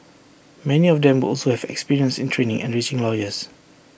many of them will also have experience in training and reaching lawyers